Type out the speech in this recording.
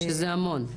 שזה המון.